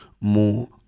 more